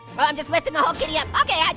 oh, i'm just lifting the whole kitty up. okay, yeah